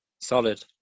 Solid